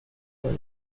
کنم